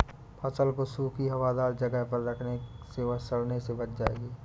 फसल को सूखी, हवादार जगह पर रखने से वह सड़ने से बच जाएगी